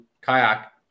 Kayak